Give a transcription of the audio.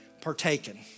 partaken